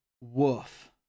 woof